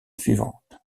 suivante